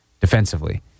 defensively